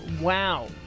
Wow